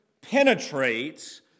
penetrates